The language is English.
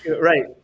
Right